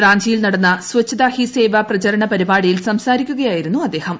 റാഞ്ചിയിൽ നടന്ന സ്വച്ഛത ഹി സേവ പ്രചരണ പരിപാടിയിൽ സംസാരിക്കുകയായിരുന്നു അദ്ദേഹം